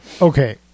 okay